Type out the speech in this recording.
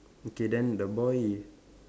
okay then the boy